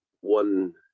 one